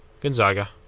Gonzaga